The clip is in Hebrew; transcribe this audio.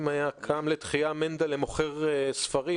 אם היה קם לתחיה מנדלי מוכר ספרים,